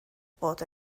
bod